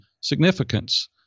significance